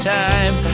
time